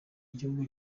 igihugu